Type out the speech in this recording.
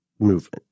Movement